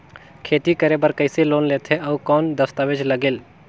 खेती करे बर कइसे लोन लेथे और कौन दस्तावेज लगेल?